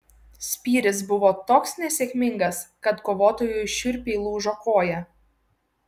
spyris buvo toks nesėkmingas kad kovotojui šiurpiai lūžo koją